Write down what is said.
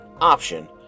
option